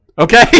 Okay